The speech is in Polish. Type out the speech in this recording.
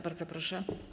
Bardzo proszę.